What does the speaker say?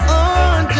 on